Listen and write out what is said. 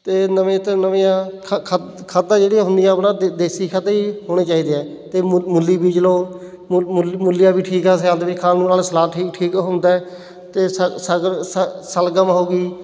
ਅਤੇ ਨਵੇਂ ਤੋਂ ਨਵੀਆਂ ਖਾਦਾਂ ਜਿਹੜੀਆਂ ਹੁੰਦੀਆਂ ਆਪਣਾ ਦੇ ਦੇਸੀ ਖਾਦਾਂ ਜੀ ਹੋਣੀਆਂ ਚਾਹੀਦੀਆਂ ਹੈ ਅਤੇ ਮੂ ਮੂਲੀ ਬੀਜ ਲਉ ਮੂਲੀਆਂ ਵੀ ਠੀਕ ਆ ਸਿਆਲ ਦੇ ਵਿੱਚ ਖਾਣ ਨੂੰ ਨਾਲੇ ਸਲਾਦ ਠੀਕ ਹੁੰਦਾ ਹੈ ਅਤੇ ਸ਼ਲਗਮ ਹੋ ਗਈ